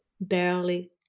barely